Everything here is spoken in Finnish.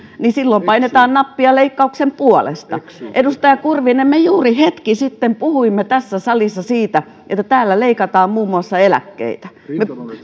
niin silloin painetaan nappia leikkauksen puolesta edustaja kurvinen me juuri hetki sitten puhuimme tässä salissa siitä että täällä leikataan muun muassa eläkkeitä me